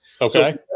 Okay